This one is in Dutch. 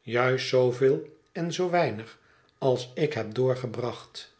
juist zooveel en zoo weinig als ik heb doorgebracht